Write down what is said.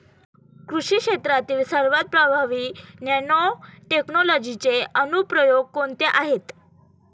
कृषी क्षेत्रातील सर्वात प्रभावी नॅनोटेक्नॉलॉजीचे अनुप्रयोग कोणते आहेत?